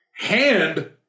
Hand